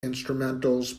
instrumentals